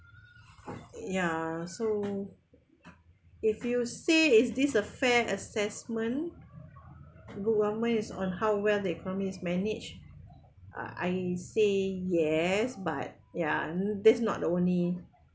ya so if you see is this a fair assessment good government is on how well is the economy is managed I say yes but ya and this not the only